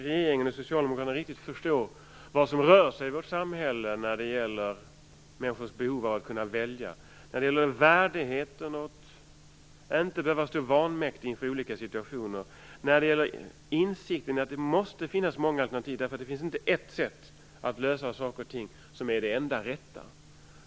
Regeringen och socialdemokraterna förstår inte riktigt vad som rör sig i vårt samhälle när det gäller människors behov av att välja. Det gäller värdigheten och att inte behöva stå vanmäktig inför olika situationer. Man måste inse att det måste finnas många alternativ, därför att det finns inte ett sätt att lösa saker och ting, som är det enda rätta.